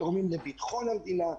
תורמים לביטחון המדינה,